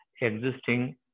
existing